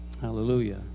Hallelujah